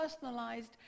personalized